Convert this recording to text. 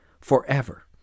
forever